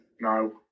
no